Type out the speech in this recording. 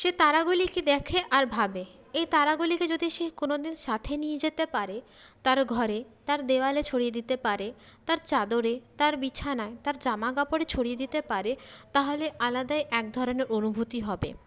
সে তারাগুলিকে দেখে আর ভাবে এ তারাগুলিকে যদি সে কোনওদিন সাথে নিয়ে যেতে পারে তার ঘরে তার দেওয়ালে ছড়িয়ে দিতে পারে তার চাদরে তার বিছানায় তার জামাকাপড়ে ছড়িয়ে দিতে পারে তাহলে আলাদাই এক ধরনের অনুভূতি হবে